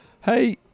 Hey